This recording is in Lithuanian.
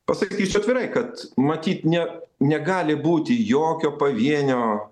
pasakysiu atvirai kad matyt ne negali būti jokio pavienio